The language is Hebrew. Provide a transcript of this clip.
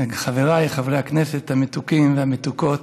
חבריי חברי הכנסת המתוקים והמתוקות,